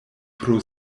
pro